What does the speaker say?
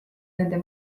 nende